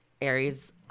Aries